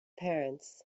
parents